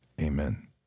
Amen